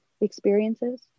experiences